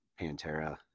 pantera